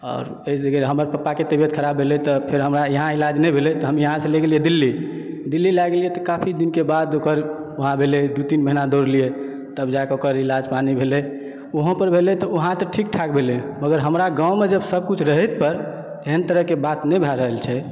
हमरा पापा के तबियत खराब भेलै तऽ फेर हमरा यहाँ इलाज नहि भेलै तऽ हम यहाँ से ले गेलियै दिल्ली दिल्ली लय गेलियै तऽ काफी दिन के बाद ओकर सुधार भेलै दू तीन महिना दौड़लियै तब जाय के ओकर इलाज पानी भेलै वहाॅं पर भेलै तऽ वहाँ तऽ ठीकठाक भेलै मगर हमरा गाँवमे जब सबकिछु रहै तऽ एहन तरहके बात नहि भय रहल छै